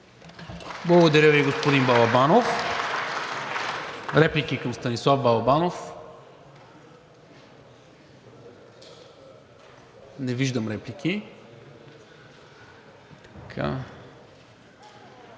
Благодаря Ви, господин Балабанов. Реплики към Станислав Балабанов? Не виждам. Костадин